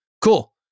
cool